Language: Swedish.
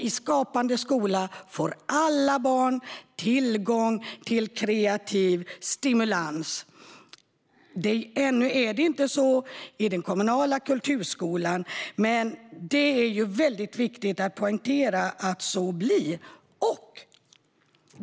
I Skapande skola får alla barn tillgång till kreativ stimulans. Ännu är det inte så i den kommunala kulturskolan, men det är väldigt viktigt att poängtera att så blir.